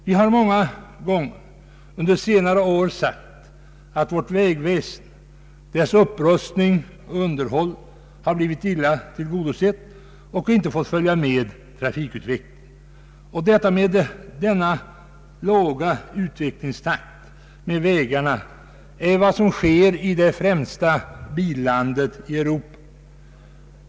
Jag har framhållit många gånger under senare år att vårt vägväsen har blivit illa tillgodosett och att vägarnas upprustning och underhåll inte följt med trafikutvecklingen. Sådan är situationen i Europas främsta billand!